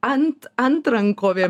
ant antrankovėm